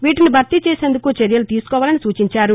వీటిని భర్తీ చేసేందుకు చర్యలు తీసుకోవాలని సూచించారు